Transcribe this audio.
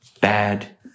bad